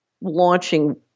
launching